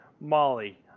Molly